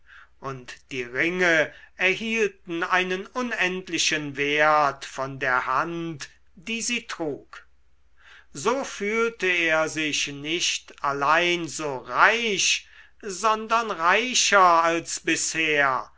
und die ringe erhielten einen unendlichen wert von der hand die sie trug so fühlte er sich nicht allein so reich sondern reicher als bisher